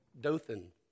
Dothan